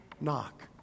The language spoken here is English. knock